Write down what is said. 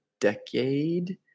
decade